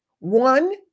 One